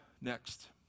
Next